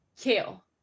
Kale